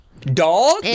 Dog